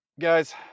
guys